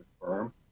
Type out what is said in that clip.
firm